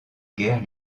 guerre